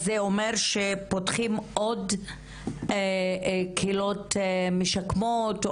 אז זה אומר שפותחים עוד קהילות משקמות?